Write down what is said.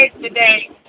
today